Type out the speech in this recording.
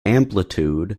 amplitude